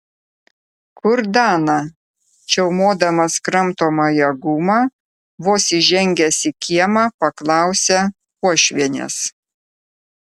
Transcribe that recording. kur dana čiaumodamas kramtomąją gumą vos įžengęs į kiemą paklausė uošvienės